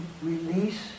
release